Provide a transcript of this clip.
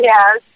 Yes